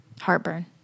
Heartburn